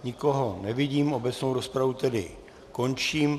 Nikoho nevidím, obecnou rozpravu tedy končím.